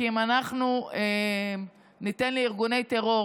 אם אנחנו ניתן לארגוני טרור